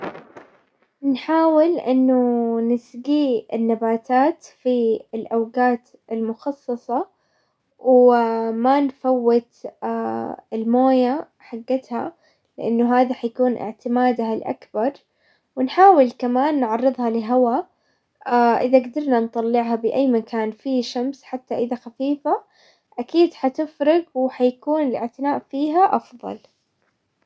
نحاول انه نسقيه النباتات في الاوقات المخصصة وما نفوت الموية حقتها، لانه هذا حيكون اعتمادها الاكبر، ونحاول كمان نعرضها لهوا اذا قدرنا نطلعها باي مكان في شمس حتى اذا خفيفة ، اكيد حتفرق وحيكون الاعتناء فيها افضل.